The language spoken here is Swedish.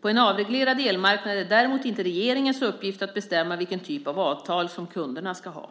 På en avreglerad elmarknad är det däremot inte regeringens uppgift att bestämma vilken typ av avtal som kunderna ska ha.